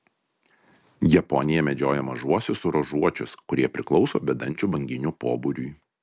japonija medžioja mažuosiuos ruožuočius kurie priklauso bedančių banginių pobūriui